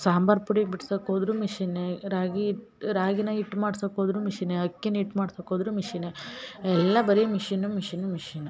ಸಾಂಬಾರು ಪುಡಿ ಬಿಡ್ಸಕ್ಕೆ ಹೋದ್ರು ಮಿಷಿನೇ ರಾಗಿ ಹಿಟ್ ರಾಗಿನ ಹಿಟ್ ಮಾಡ್ಸಕ್ಕೆ ಹೋದ್ರು ಮಿಷಿನೇ ಅಕ್ಕಿನ ಹಿಟ್ ಮಾಡ್ಸಕ್ಕೆ ಹೋದ್ರು ಮಿಷಿನೇ ಎಲ್ಲ ಬರಿ ಮಿಷಿನು ಮಿಷಿನು ಮಿಷಿನು